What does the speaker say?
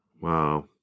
Wow